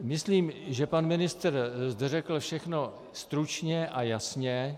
Myslím, že pan ministr zde řekl všechno stručně a jasně.